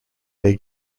they